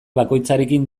bakoitzarekin